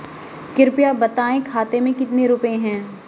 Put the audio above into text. कृपया बताएं खाते में कितने रुपए हैं?